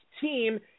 team